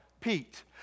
Pete